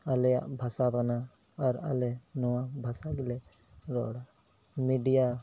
ᱟᱞᱮᱭᱟᱜ ᱵᱷᱟᱥᱟ ᱠᱟᱱᱟ ᱟᱨ ᱟᱞᱮ ᱱᱚᱣᱟ ᱵᱷᱟᱥᱟ ᱜᱮᱞᱮ ᱨᱚᱲᱟ ᱢᱤᱰᱤᱭᱟ